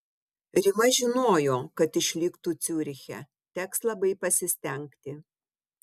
rima žinojo kad išliktų ciuriche teks labai pasistengti